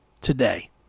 today